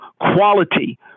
quality